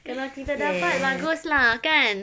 kalau kita dapat bagus lah kan